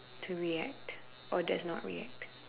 to react or does not react